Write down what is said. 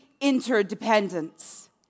interdependence